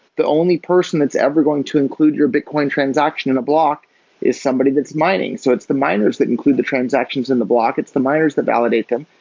the only person that's ever going to include your bitcoin transaction in a block is somebody that's mining. so it's the miners that include the transactions in the block, it's the miners that validate them,